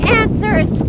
answers